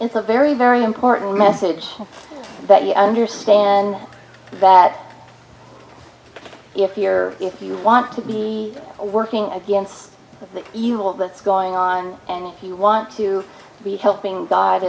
it's a very very important message that you understand that if you're if you want to be a working against the evil that's going on and if you want to be helping god